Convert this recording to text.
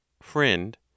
Friend